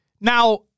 Now